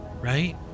Right